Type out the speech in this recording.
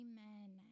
Amen